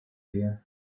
here